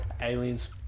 aliens